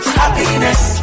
happiness